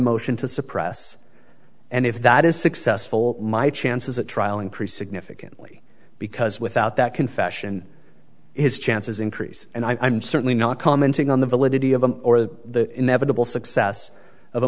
motion to suppress and if that is successful my chances at trial increased significantly because without that confession his chances increase and i'm certainly not commenting on the validity of them or the inevitable success of